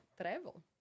travel